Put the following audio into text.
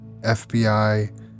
FBI